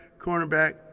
cornerback